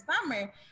summer